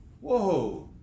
whoa